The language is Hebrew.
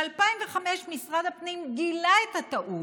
ב-2005 משרד הפנים גילה את הטעות.